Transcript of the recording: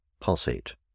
pulsate